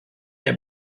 der